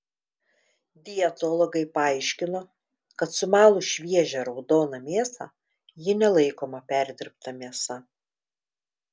dietologai paaiškino kad sumalus šviežią raudoną mėsą ji nelaikoma perdirbta mėsa